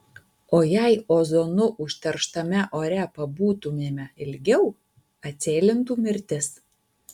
o jei ozonu užterštame ore pabūtumėme ilgiau atsėlintų mirtis